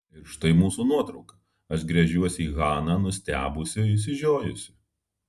ir štai mūsų nuotrauka aš gręžiuosi į haną nustebusi išsižiojusi